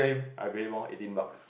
I pay him loh eighteen bucks